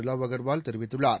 லாவ் அகர்வால் தெரிவித்துள்ளார்